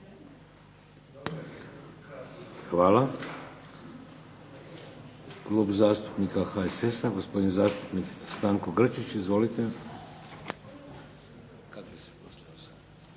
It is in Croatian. Hvala. Klub zastupnika HSS-a, gospodin zastupnik Stanko Grčić. Izvolite.